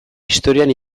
historian